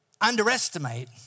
underestimate